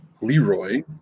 Leroy